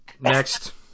next